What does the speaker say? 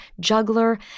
juggler